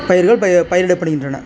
பயிர்கள் ப பயிரிடப்படுகின்றன